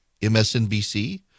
msnbc